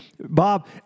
Bob